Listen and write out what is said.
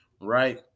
right